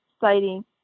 citing